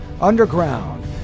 underground